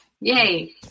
Yay